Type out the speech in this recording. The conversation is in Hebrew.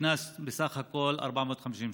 ונקנס בסך הכול ב-450 שקל,